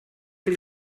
für